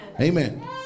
Amen